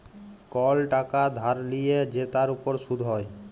call টাকা ধার লিয়ে যে তার উপর শুধ হ্যয়